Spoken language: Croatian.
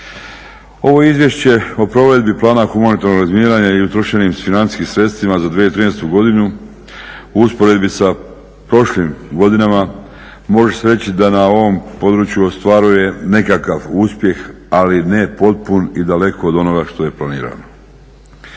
Ovo Izvješće o provedbi plana humanitarnog razminiranja i utrošenim financijskim sredstvima za 2013. godinu u usporedbi sa prošlim godinama može se reći da na ovom području ostvaruje nekakav uspjeh ali ne potpun i daleko od onoga što je planirano.